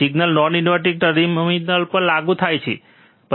signal non inverting terminal પર લાગુ થાય છે